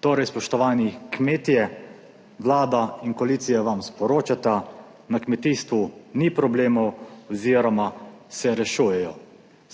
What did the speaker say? Torej, spoštovani kmetje, Vlada in koalicija vam sporočata, na kmetijstvu ni problemov oziroma se rešujejo.